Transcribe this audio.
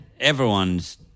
everyone's